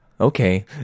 okay